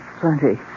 plenty